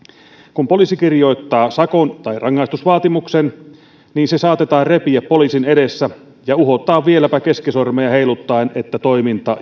kun poliisi kirjoittaa sakon tai rangaistusvaatimuksen se saatetaan repiä poliisin edessä ja uhotaan vieläpä keskisormea heiluttaen että toiminta